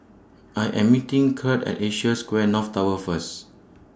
I Am meeting Kirt At Asia Square North Tower First